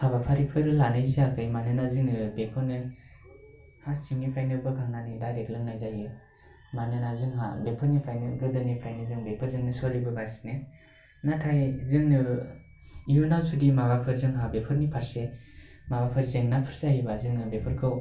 हाबाफारिफोर लानाय जायाखै मानोना जोङो बेखौनो हा सिंनिफ्रायनो बोखांनानै डाइरेक्ट लोंनाय जायो मानोना जोंहा बेफोरनिफ्रायनो गोदोनिफ्रायनो जों बेफोरजोंनो सोलि बोगासिनो नाथाय जोंनि इयुनाव जुदि माबाफोर जोंहा बेफोरनि फारसे माबाफोर जेंनाफोर जायोब्ला जोङो बेफोरखौ